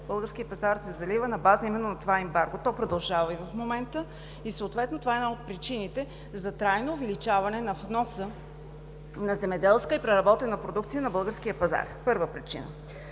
българският пазар се залива на базата именно на това ембарго. То продължава и в момента, и съответно е една от причините за трайно увеличаване на вноса на земеделска и преработена продукция на българския пазар – първа причина.